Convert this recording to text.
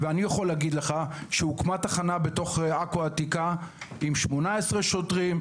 הוקמה שם תחנה עם 18 שוטרים,